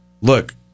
look